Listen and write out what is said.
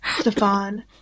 Stefan